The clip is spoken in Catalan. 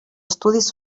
estudis